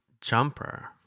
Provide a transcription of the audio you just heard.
jumper